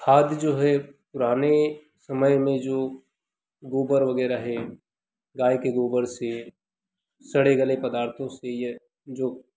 खाद जो है पुराने समय में जो गोबर वगैरह है गाय के गोबर से सड़े गले पदार्थों से यह जो